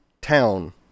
town